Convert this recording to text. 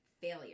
failure